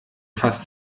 fast